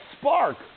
spark